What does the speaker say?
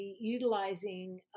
utilizing